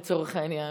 לצורך העניין,